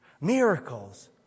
Miracles